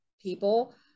people